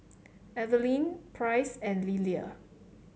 Evelin Price and Lillia